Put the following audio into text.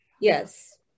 yes